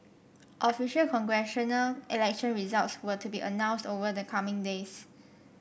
official congressional election results were to be announced over the coming days